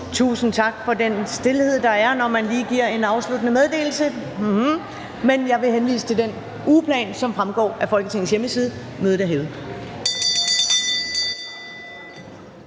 Tusind tak for den stilhed, der er, når man lige giver en afsluttende meddelelse – hm – men jeg vil henvise til den ugeplan, som fremgår af Folketingets hjemmeside. Mødet er